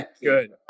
Good